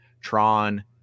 Tron